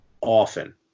often